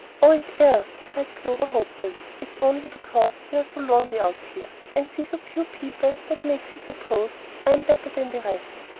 oh, it will, cried clover, hopefully. it's only because you're so lonely out here, and see so few people, that makes you suppose i am better than the rest.